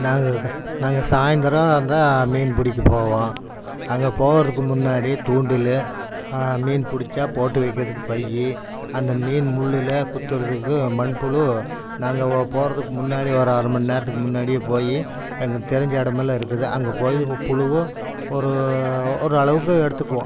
நாங்கள் நாங்கள் சாயந்தரம் தான் மீன் பிடிக்க போவோம் அங்கே போகிறதுக்கு முன்னாடி தூண்டில் மீன் பிடிச்சா போட்டு வைக்கிறதுக்கு பை அந்த மீன் முள்ளில் குத்தறதுக்கு மண் புழு நாங்கள் போகிறதுக்கு முன்னாடி ஒரு அரை மணி நேரத்துக்கு முன்னாடியே போய் எங்களுக்கு தெரிஞ்ச இடமெல்லாம் இருக்குது அங்கே போய் புழுவை ஒரு ஒரு அளவுக்கு எடுத்துக்குவோம்